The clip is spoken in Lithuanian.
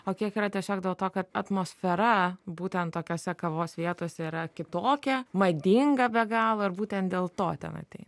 o kiek yra tiesiog dėl to kad atmosfera būtent tokiose kavos vietose yra kitokia madinga be galo ir būtent dėl to ten ateina